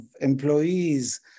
employees